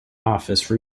office